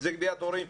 זו גביית הורים,